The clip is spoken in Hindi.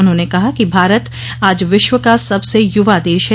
उन्होंने कहा कि भारत आज विश्व का सबसे युवा देश है